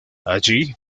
allí